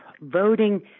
voting